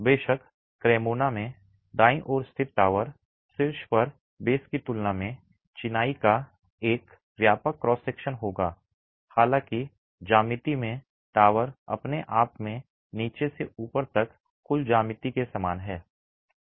बेशक क्रेमोना में दाईं ओर स्थित टॉवर शीर्ष पर बेस की तुलना में चिनाई का एक व्यापक क्रॉस सेक्शन होगा हालांकि ज्यामिति में टॉवर अपने आप में नीचे से ऊपर तक कुल ज्यामिति के समान है